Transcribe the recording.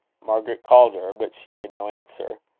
margaret called her, but she made no answer.